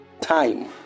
time